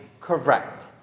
correct